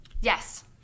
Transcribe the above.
Yes